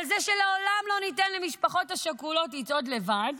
על זה שלעולם לא ניתן למשפחות השכולות לצעוד לבד,